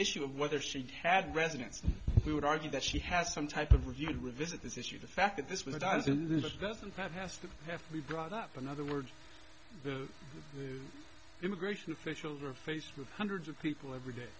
issue of whether she'd had residents who would argue that she has some type of reviewed revisit this issue the fact that this was in fact has to be brought up in other words the immigration officials are faced with hundreds of people every day